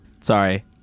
sorry